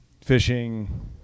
fishing